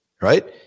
right